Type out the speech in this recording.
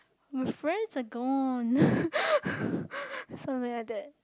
my friends are gone something like that